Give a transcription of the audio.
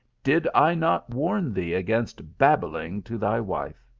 did i not warn thee against dabbling to thy wife?